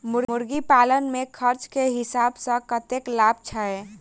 मुर्गी पालन मे खर्च केँ हिसाब सऽ कतेक लाभ छैय?